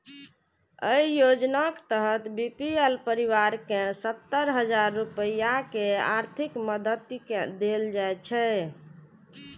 अय योजनाक तहत बी.पी.एल परिवार कें सत्तर हजार रुपैया के आर्थिक मदति देल जाइ छै